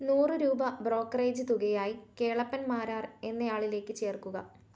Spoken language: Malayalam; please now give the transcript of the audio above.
നൂറ് രൂപ ബ്രോക്കറേജ് തുകയായി കേളപ്പൻ മാരാർ എന്നയാളിലേക്ക് ചേർക്കുക